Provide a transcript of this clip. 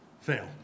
fail